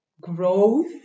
growth